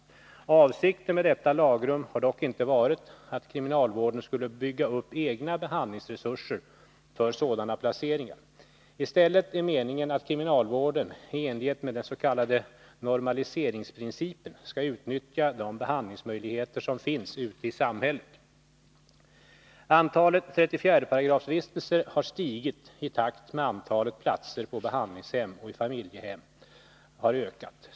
Avsikten med detta lagrum har dock inte varit att kriminalvården skulle bygga upp egna behandlingsresurser för sådana placeringar. I stället är meningen att kriminalvården i enlighet med dens.k. Nr 87 normaliseringsprincipen skall utnyttja de behandlingsmöjligheter som finns Tisdagen den ute i samhället. 1 mars 1983 Antalet 34 §-vistelser har stigit i takt med att antalet platser på behandlingshem och i familjehem har ökat.